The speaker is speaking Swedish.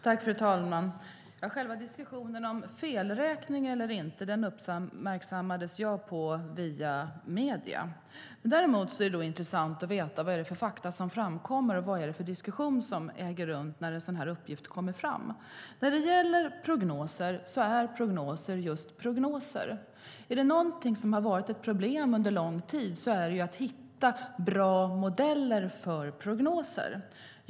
Fru talman! Själva diskussionen om felräkning eller inte uppmärksammades jag på via medierna. Däremot är det intressant att veta vilka fakta som framkommer och vilken diskussion som äger rum när en sådan uppgift kommer fram. Prognoser är just prognoser. Om det är något som har varit ett problem under lång tid är det att hitta bra modeller för prognoser.